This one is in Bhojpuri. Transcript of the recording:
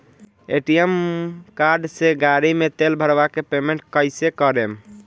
ए.टी.एम कार्ड से गाड़ी मे तेल भरवा के पेमेंट कैसे करेम?